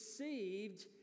received